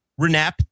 renap